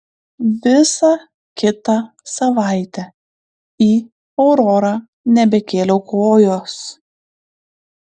visą kitą savaitę į aurorą nebekėliau kojos